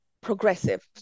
progressive